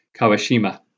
Kawashima